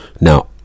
Now